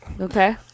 Okay